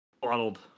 bottled